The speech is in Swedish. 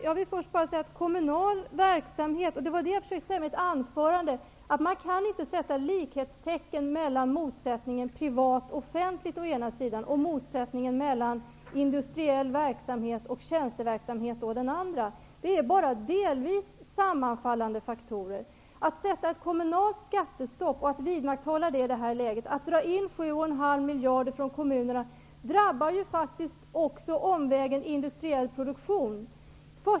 Jag vill först bara säga, liksom jag gjorde i mitt anförande, att man inte kan sätta likhetstecken mellan motsättningen mellan privat och offentligt å ena sidan och motsättningen mellan industriell verksamhet och tjänsteverksamhet å den andra. Det är bara delvis sammanfallande faktorer. Att besluta om ett kommunalt skattestopp och att vidmakthålla det i det här läget, dvs. att dra in 7 1/2 miljard från kommunerna, drabbar faktiskt på omvägar också industriell produktion.